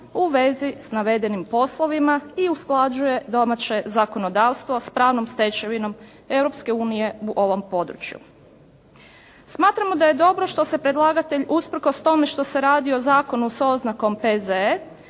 u svezi sa navedenim poslovima i usklađuje domaće zakonodavstvo sa pravnom stečevinom Europske unije u ovom području. Smatramo da je dobro što se predlagatelj usprkos tome što se radi o zakonu sa oznakom P.Z.E.